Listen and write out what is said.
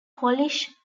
polish